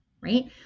right